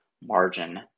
margin